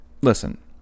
listen